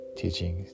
teaching